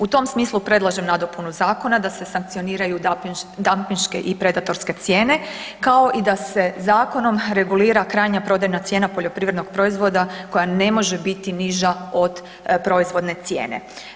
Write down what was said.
U tom smislu predlažem nadopunu zakona da se sankcioniraju dampinške i predatorske cijene, kao i da se zakonom regulira krajnja prodajna cijena poljoprivrednog proizvoda koja ne može biti niža od proizvodne cijene.